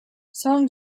song